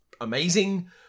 amazing